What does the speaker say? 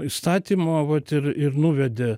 įstatymo vat ir ir nuvedė